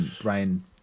Brian